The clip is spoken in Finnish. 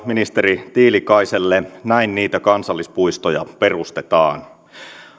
ministeri tiilikaiselle näin niitä kansallispuistoja perustetaan